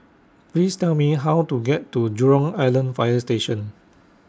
Please Tell Me How to get to Jurong Island Fire Station